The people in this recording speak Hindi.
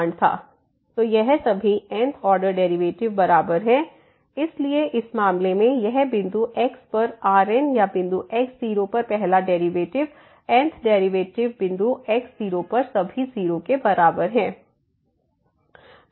तो यह सभी n th ऑर्डर डेरिवेटिव बराबर हैं इसलिए इस मामले में यह बिंदु x पर Rn या बिंदु x0पर पहला डेरिवेटिव n th डेरिवेटिव बिंदु x0पर सभी 0 के बराबर हैं